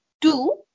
Two